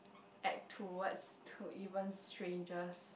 act towards to even strangers